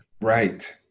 Right